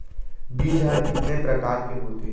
बीज ह कितने प्रकार के होथे?